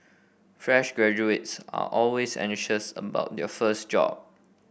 fresh graduates are always anxious about their first job